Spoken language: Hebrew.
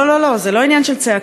לא, לא, זה לא עניין של צעקות.